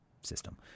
system